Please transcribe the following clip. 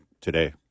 today